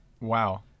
Wow